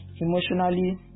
emotionally